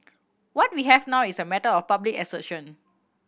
what we have now is a matter of public assertion